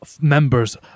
members